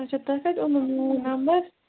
اَچھا تۄہہِ کَتہِ اوٚنوُ میون نَمبَر